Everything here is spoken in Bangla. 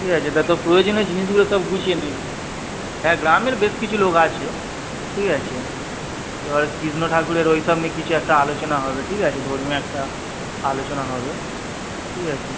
ঠিক আছে তা তোর প্রয়োজনীয় জিনিসগুলো সব গুছিয়ে নিবি হ্যাঁ গ্রামের বেশ কিছু লোক আছে ঠিক আছে এবার কৃষ্ণ ঠাকুরের ওই সব নিয়ে কিছু একটা আলোচনা হবে ঠিক আছে ধর্মীয় একটা আলোচনা হবে ঠিক আছে